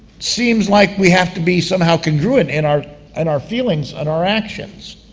seems like we have to be somehow congruent in our and our feelings and our actions.